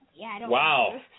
Wow